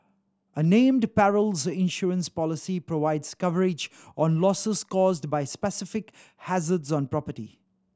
a named perils insurance policy provides coverage on losses caused by specific hazards on property